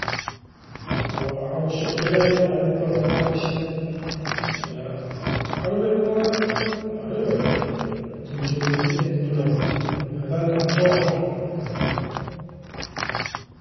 Kenep pam kanip pam danga papaiet ne intan ne osa. Osau amisin marekop patai.